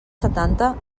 setanta